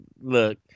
look